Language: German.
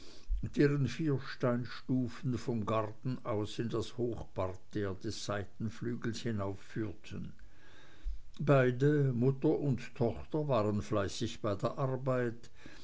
deren vier steinstufen vom garten aus in das hochparterre des seitenflügels hinaufführten beide mutter und tochter waren fleißig bei der arbeit